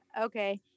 Okay